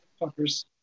fuckers